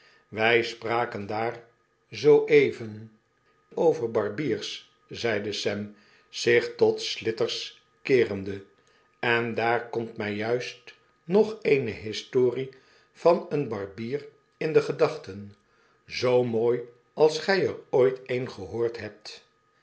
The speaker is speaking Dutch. wij spraken daar zoo even over barbiers zeide sam zich tot slithers keerende en daar komt my juist nog eene historie van een barbier in degedachten zoo mooi als gy er ooit een gehoord hebt